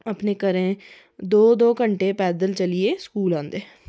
अपने घरे दो दो घैंटे पैदल चली ऐ स्कूल चलियै औंदे